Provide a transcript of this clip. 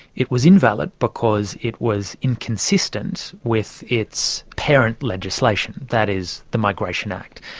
it was invalid because it was inconsistent with its parent legislation, that is, the migration act.